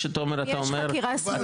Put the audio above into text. יש חקירה סמויה.